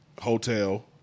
hotel